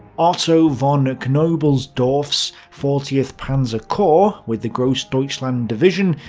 otto von knobelsdorff's fortieth panzer corps, with the grossdeutschland division,